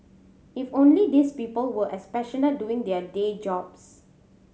if only these people were as passionate doing their day jobs